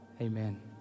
Amen